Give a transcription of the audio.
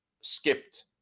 skipped